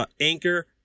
Anchor